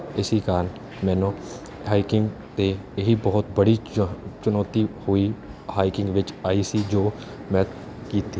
ਇਸ ਕਾਰਨ ਮੈਨੂੰ ਹਾਈਕਿੰਗ 'ਤੇ ਇਹ ਹੀ ਬਹੁਤ ਬੜੀ ਚ ਚੁਣੌਤੀ ਹੋਈ ਹਾਈਕਿੰਗ ਵਿੱਚ ਆਈ ਸੀ ਜੋ ਮੈਂ ਕੀਤੀ